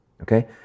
okay